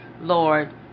lord